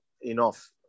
enough